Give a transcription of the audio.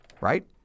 right